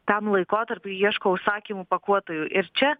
tam laikotarpiui ieško užsakymų pakuotojų ir čia